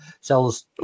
sells